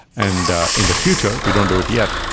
and in the future, we don't do it yet,